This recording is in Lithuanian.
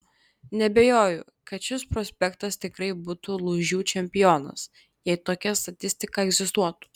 neabejoju kad šis prospektas tikrai būtų lūžių čempionas jei tokia statistika egzistuotų